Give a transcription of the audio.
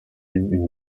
une